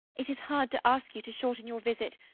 it is hard to ask you to shorten your visit,